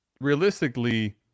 realistically